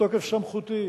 בתוקף סמכותי